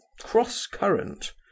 cross-current